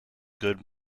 good